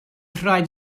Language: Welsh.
rhaid